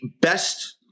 best –